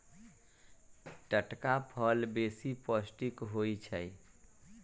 टटका फल बेशी पौष्टिक होइ छइ